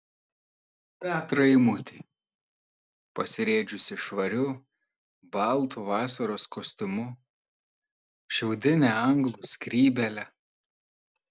petrą eimutį pasirėdžiusį švariu baltu vasaros kostiumu šiaudine anglų skrybėle